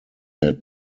had